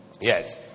Yes